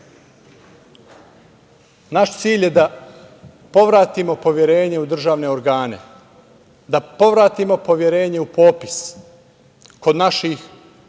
cilj je da povratimo poverenje u državne organe, da povratimo poverenje u popis kod naših građana,